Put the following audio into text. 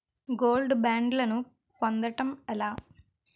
Gold బ్యాండ్లను పొందటం ఎలా?